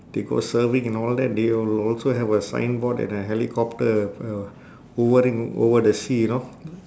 they go surfing and all that they will also have a signboard and helicopter uh hovering over the sea you know